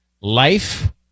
life